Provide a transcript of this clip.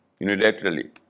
unilaterally